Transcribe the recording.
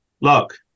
look